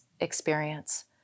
experience